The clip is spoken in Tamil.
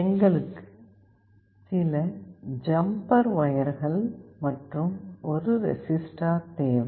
எங்களுக்கு சில ஜம்பர் வயர்கள் மற்றும் ஒரு ரெசிஸ்டார் தேவை